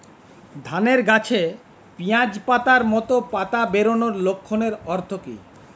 ধানের গাছে পিয়াজ পাতার মতো পাতা বেরোনোর লক্ষণের অর্থ কী?